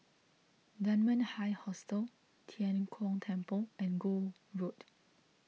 Dunman High Hostel Tian Kong Temple and Gul Road